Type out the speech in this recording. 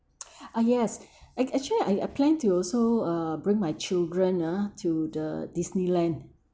uh yes act~ actually I I plan to also uh bring my children ah to the Disneyland